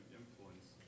influence